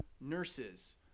nurses